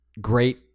great